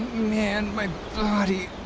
man, my body.